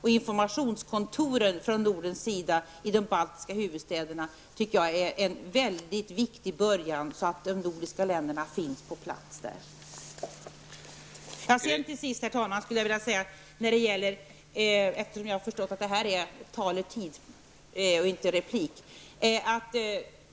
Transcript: De nordiska ländernas informationskontor i de baltiska huvudstäderna är en mycket viktig början, så att de nordiska länderna finns på plats. Till sist, herr talman! Jag har förstått att jag har taletid kvar eftersom detta inte är en replik, och jag vill då säga följande.